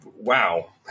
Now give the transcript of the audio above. wow